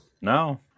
no